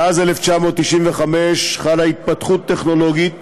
מאז 1995 חלה התפתחות טכנולוגית,